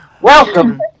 Welcome